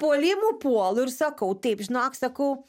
puolimu puolu ir sakau taip žinok sakau